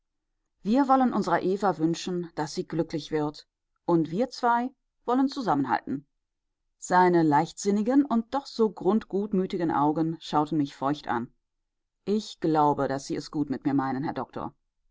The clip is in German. wir wollen unserer eva wünschen daß sie glücklich wird und wir zwei wollen zusammenhalten seine leichtsinnigen und doch so grundgutmütigen augen schauten mich feucht an ich glaube daß sie es gut mit mir meinen herr doktor